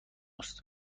است